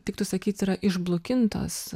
tiktų sakyt yra išblukintos